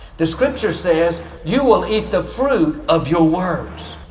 the scripture says, you will eat the fruit of your words.